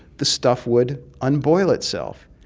the stuff would unboil itself.